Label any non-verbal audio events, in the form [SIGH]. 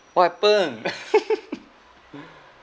what happen [LAUGHS]